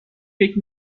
فکر